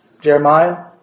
Jeremiah